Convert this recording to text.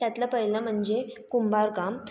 त्यातलं पहिलं म्हणजे कुंभारकाम